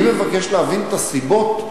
אני מבקש להבין את הסיבות,